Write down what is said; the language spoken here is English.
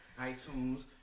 iTunes